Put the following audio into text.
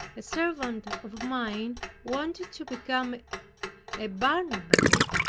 a servant of mine wanted to become a barnabite.